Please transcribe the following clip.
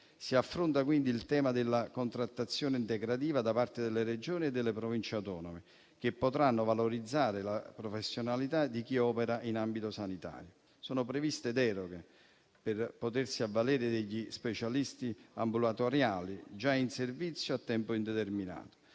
Si affronta quindi il tema della contrattazione integrativa da parte delle Regioni e delle Province autonome, che potranno valorizzare la professionalità di chi opera in ambito sanitario. Sono previste deroghe per potersi avvalere degli specialisti ambulatoriali già in servizio a tempo indeterminato